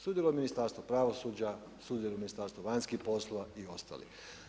Sudjeluje Ministarstvo pravosuđa, sudjeluje Ministarstvo vanjskih poslova i ostali.